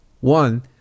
One